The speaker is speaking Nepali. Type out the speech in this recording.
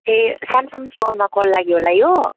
ए स्यामसङ स्टोरमा कल लाग्यो होला यो